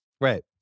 Right